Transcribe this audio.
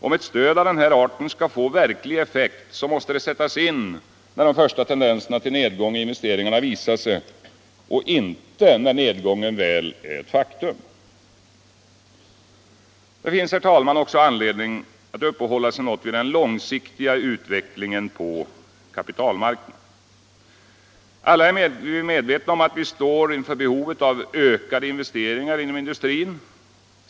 Om ett stöd av den här arten skall få verklig effekt måste det sättas in när de första tendenserna till nedgång i investeringarna visar sig och inte när nedgången väl är ett faktum. Det finns, herr talman, också anledning att uppehålla sig något vid den långsiktiga utvecklingen på kapitalmarknaden. Alla är vi medvetna om att vi står inför behovet av ökade investeringar inom industrin.